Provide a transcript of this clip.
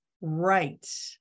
right